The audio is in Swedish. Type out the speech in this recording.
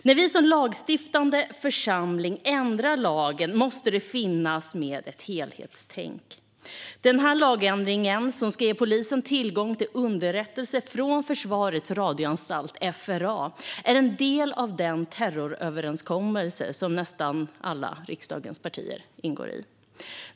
När vi som lagstiftande församling ändrar lagen måste det finnas med ett helhetstänk. Den här lagändringen, som ska ge polisen tillgång till underrättelser från Försvarets radioanstalt, FRA, är en del av den terroröverenskommelse som nästan alla riksdagens partier ingår i.